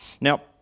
Now